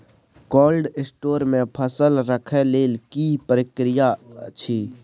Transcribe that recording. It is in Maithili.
कोल्ड स्टोर मे फसल रखय लेल की प्रक्रिया अछि?